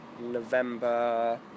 November